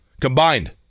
Combined